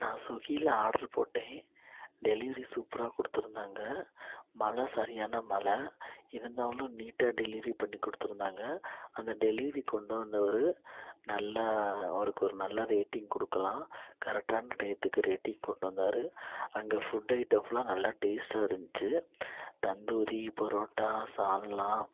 நான் ஸ்விக்கியில ஆடரு போட்டேன் டெலிவரி சூப்பராக கொடுத்துருந்தாங்க மழை சரியான மழை இருந்தாலும் நீட்டாக டெலிவரி பண்ணி கொடுத்துருந்தாங்க அந்த டெலிவரி கொண்டு வந்தவர் நல்லா அவருக்கு ஒரு நல்ல ரேட்டிங் கொடுக்கலாம் கரெக்ட்டான டயத்துக்கு ரேட்டிங் கொண்டு வந்தார் அங்கே ஃபுட் ஐட்டம்ஸ்லாம் நல்லா டேஸ்ட்டாக இருந்துச்சு தந்தூரி பரோட்டா சால்னா